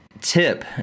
tip